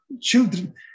Children